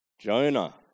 Jonah